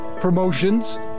promotions